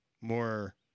more